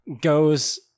goes